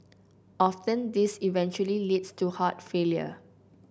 often this eventually leads to heart failure